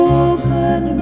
open